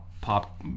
pop